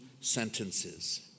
sentences